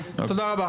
תודה רבה.